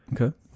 Okay